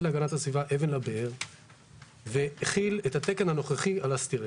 להגנת הסביבה אבן לבאר והחיל את התקן הנוכחי על הסטירן.